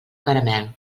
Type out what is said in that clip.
caramel